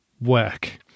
work